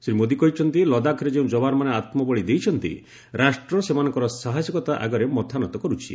ଶ୍ରୀ ମୋଦୀ କହିଛନ୍ତି ଲଦାଖରେ ଯେଉଁ ଯବାନମାନେ ଆତ୍ମବଳୀ ଦେଇଛନ୍ତି ରାଷ୍ଟ୍ର ସେମାନଙ୍କର ସାହସିକତା ଆଗରେ ମଥାନତ କରୁଛି